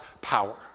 power